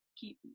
keep